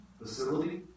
facility